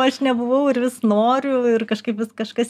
aš nebuvau ir vis noriu ir kažkaip vis kažkas